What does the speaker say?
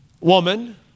woman